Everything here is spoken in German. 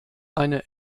eine